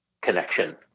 connection